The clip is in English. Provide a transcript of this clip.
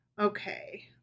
Okay